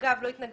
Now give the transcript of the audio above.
אגב, לא התנגדנו